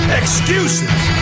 excuses